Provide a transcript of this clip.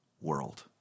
world